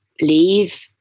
leave